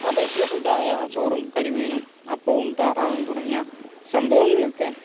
പ്രാദേശിക ഫുഡ്ഡായ ചോറും കരിമീനും അപ്പവും താറാവും തുടങ്ങിയ സംഭവങ്ങളൊക്കെ